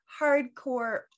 hardcore